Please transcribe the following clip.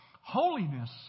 holiness